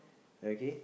okay